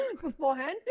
beforehand